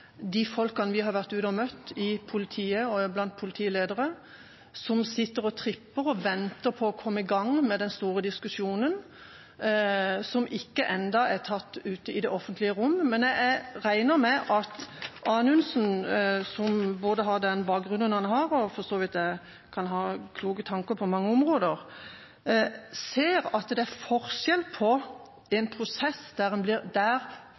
de folkene vi har vært ute og møtt i politiet og blant politiledere, som sitter og tripper og venter på å komme i gang med den store diskusjonen som ennå ikke er tatt ute i det offentlige rom. Men jeg regner med at Anundsen, som både har den bakgrunnen han har, og som for så vidt kan ha kloke tanker på mange områder, ser at det er forskjell på det og en prosess der